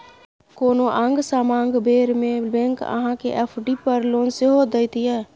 कोनो आंग समांग बेर मे बैंक अहाँ केँ एफ.डी पर लोन सेहो दैत यै